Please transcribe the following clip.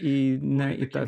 į ne į tą